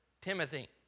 Timothy